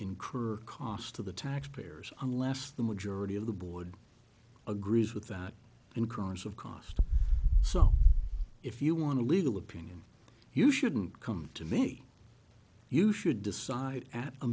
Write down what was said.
incur costs to the taxpayers unless the majority of the board agrees with that and cries of cost so if you want to legal opinion you shouldn't come to me you should decide at a